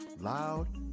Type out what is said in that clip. loud